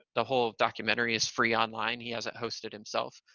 the whole documentary is free online. he has it hosted himself.